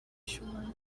sure